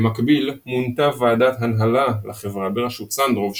במקביל מונתה ועדת הנהלה לחברה בראשות סנדרוב,